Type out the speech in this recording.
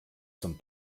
zum